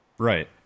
Right